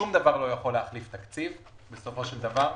שום דבר לא יכול להחליף תקציב, בסופו של דבר.